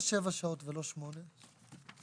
בענף השמירה משנת 2014,